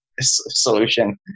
solution